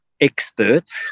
experts